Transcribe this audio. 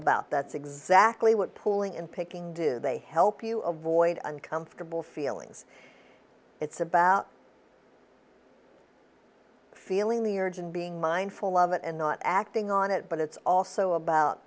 about that's exactly what pulling in picking do they help you avoid uncomfortable feelings it's about feeling the urge and being mindful of it and not acting on it but it's also about